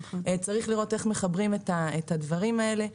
צריך לראות איך מחברים את הדברים האלה,